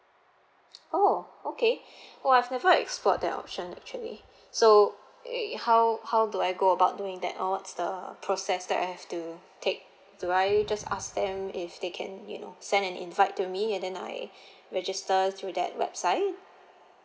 orh okay I'll explore that option actually so eh how how do I go about doing that or what's the process that I have to take do I just ask them if they can you know send an invite to me and then I register through that website